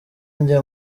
njye